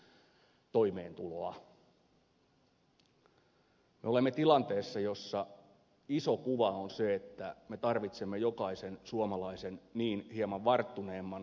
me olemme tilanteessa jossa iso kuva on se että me tarvitsemme jokaisen suomalaisen myös hieman varttuneemman